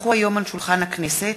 כי הונחו היום על שולחן הכנסת,